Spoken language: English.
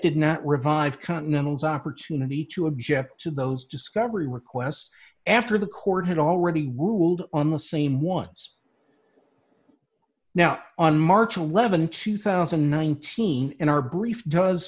did not revive continentals opportunity to object to those discovery requests after the court had already ruled on the same ones now on march th two thousand and nineteen in our brief does